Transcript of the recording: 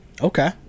Okay